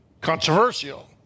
Controversial